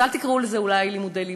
אז אולי אל תקראו לזה לימודי ליבה,